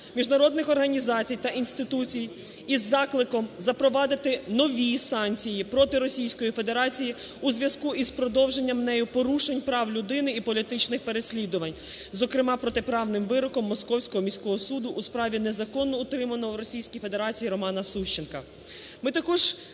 міжнародних організацій та інституцій із закликом запровадити нові санкції проти Російської Федерації у зв'язку із продовженням нею порушень прав людини і політичних переслідувань, зокрема протиправним вироком Московського міського суду у справі незаконно утримуваного в Російській Федерації Романа Сущенка.